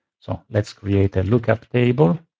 so let's create a lookup table.